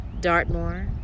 Dartmoor